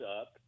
up